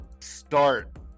start